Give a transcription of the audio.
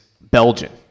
Belgian